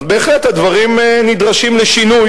אז בהחלט, הדברים נדרשים לשינוי.